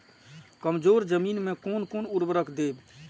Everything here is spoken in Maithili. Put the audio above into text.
कमजोर जमीन में कोन कोन उर्वरक देब?